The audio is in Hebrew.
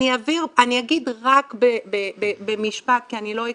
אני אגיד רק במשפט, כי אני לא אכנס,